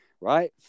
right